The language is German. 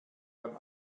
beim